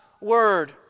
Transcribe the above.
Word